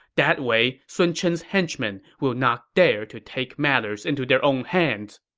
that way sun chen's henchmen will not dare to take matters into their own hands.